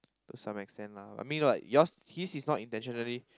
to some extent lah I mean what yours his is not intentionally